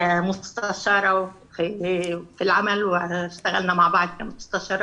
כיועצת, במהלך העבודה ביחד כיועצות,